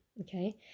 okay